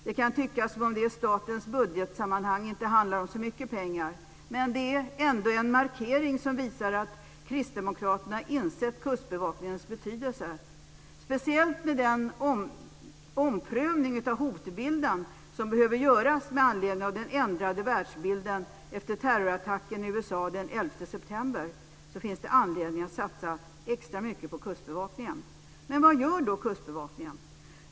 Det kan tyckas som att det i statliga budgetsammanhang inte handlar om så mycket pengar, men det är ändå en markering som visar att kristdemokraterna insett Kustbevakningens betydelse. Speciellt med tanke på den omprövning av hotbilden som behöver göras med anledning av den ändrade världsbilden efter terrorattacken i USA den 11 september finns det anledning att satsa extra mycket på Kustbevakningen. Men vad gör då Kustbevakningen?